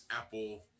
Apple